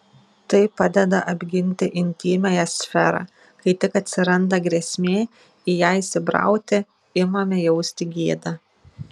tai padeda apginti intymiąją sferą kai tik atsiranda grėsmė į ją įsibrauti imame jausti gėdą